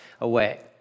away